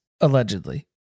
allegedly